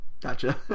Gotcha